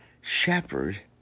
shepherd